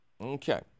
Okay